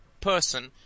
person